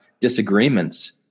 disagreements